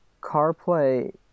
carplay